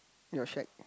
your shed